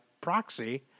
proxy